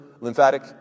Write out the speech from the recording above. lymphatic